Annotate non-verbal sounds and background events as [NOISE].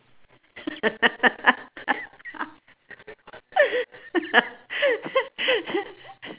[LAUGHS]